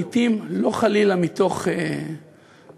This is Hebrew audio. לעתים לא חלילה מתוך זילות,